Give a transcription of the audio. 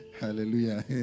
hallelujah